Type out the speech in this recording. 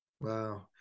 Wow